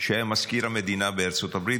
שהיה מזכיר המדינה בארצות הברית,